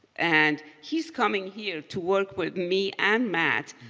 and he's coming here to work with me and matt.